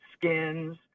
skins